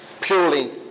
purely